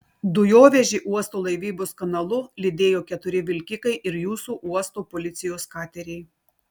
dujovežį uosto laivybos kanalu lydėjo keturi vilkikai ir jūsų uosto policijos kateriai